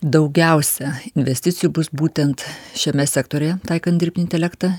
daugiausia investicijų bus būtent šiame sektoriuje taikant dirbtinį intelektą